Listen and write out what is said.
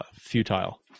futile